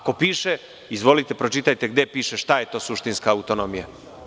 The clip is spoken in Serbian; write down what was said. Ako piše, izvolite pročitajte gde piše šta je to suštinska autonomija.